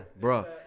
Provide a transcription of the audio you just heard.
bro